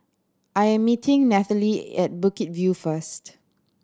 I am meeting Nathalie at Bukit View first